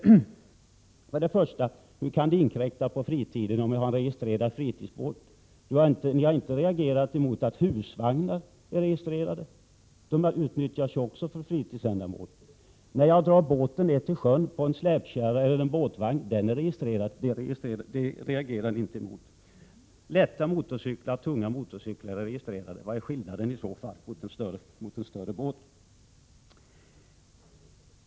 Hur skulle det kunna inkräkta på fritiden om jag har en registrerad fritidsbåt? Ni har inte reagerat emot att husvagnar är registrerade. De utnyttjas ju också för fritidsändamål. Den släpkärra eller båtvagn som jag drar båten ner till sjön med är också registrerad. Det reagerar ni inte emot. Lätta motorcyklar och tunga motorcyklar är registrerade. Vad är det för skillnad mot en större båt?